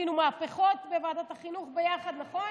עשינו מהפכות בוועדת החינוך ביחד, נכון?